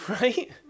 right